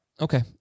Okay